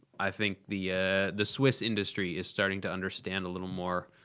i think the the swiss industry is starting to understand a little more